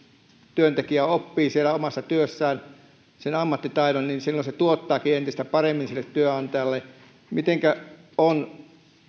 työntekijä oppii omassa työssään sen ammattitaidon niin silloin hän tuottaakin entistä paremmin työnantajalle mitenkä on